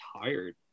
tired